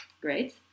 great